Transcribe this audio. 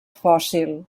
fòssil